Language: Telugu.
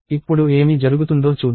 ఇప్పుడు ఏమి జరుగుతుందో చూద్దాం